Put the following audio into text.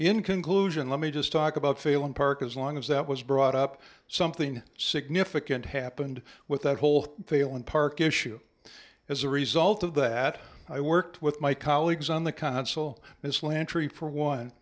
in conclusion let me just talk about failon park as long as that was brought up something significant happened with that whole failon park issue as a result of that i worked with my colleagues on the consul as lantry for one